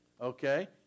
Okay